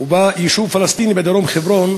וביישוב הפלסטיני בדרום הר-חברון